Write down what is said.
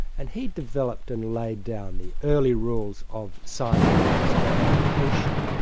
and he developed and laid down the early rules of scientific experimentation.